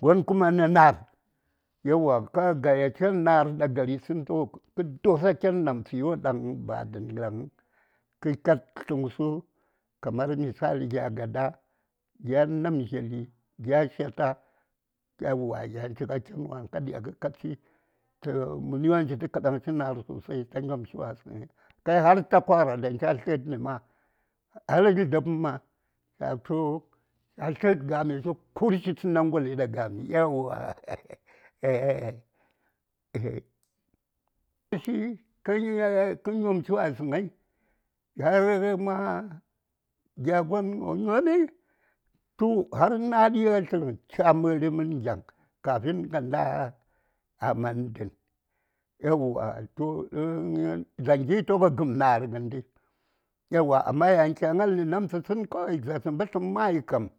﻿gon kuma nə na:r yauwa ka gayache nə:r ɗa gari tsən toh kə dosa ken namtsə yo ɗaŋ ba dən ɗaŋ kə kad tluŋsə kamar misali gya gada gya namdzeli gya shata yauwa yan chi ŋa ken wan ka diya ka nyomshi tə mən gyo daŋ chitə kadaŋshi na:r sosai ta nyomshi gwasəŋyi kai har gya takwara daŋ cha tlədni gwasəŋ ma ta gya dlzəm ma cha tu cha tlə:d gami tə ku:rshi tə nangwale ɗa games kə nyomshi wasəŋyi har ma gya gon wo nyomi na:d shi wasənyi a tlərəŋ cha məri mən gyaŋ kafin nda a man dən yauwa toh dzaŋ ka gəm na:r gəndi yauwa amma yan kya ŋalni namtsə tsən kawai za:rsə mbətləm mayi kam